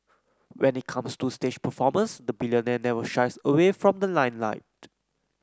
when it comes to stage performances the billionaire never shies away from the limelight